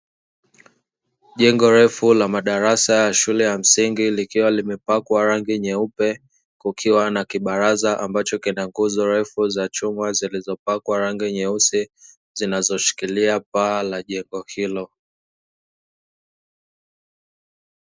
Jengo refu la madarasa ya shule ya msingi likiwa limepakwa rangi nyeupe, kukiwa na kibaraza ambacho kinanguzo refu za chuma zilizopakwa rangi nyeusi, zinazoshikilia paa la jengo hilo.